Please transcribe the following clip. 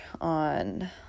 on